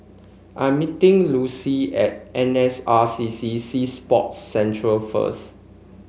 I'm meeting Lucile at N S R C C Sea Sports Centre first